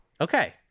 Okay